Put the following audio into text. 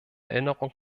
erinnerung